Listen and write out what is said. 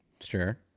Sure